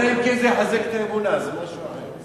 אלא אם כן זה יחזק את האמונה, זה משהו אחר.